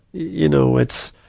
you know, it's,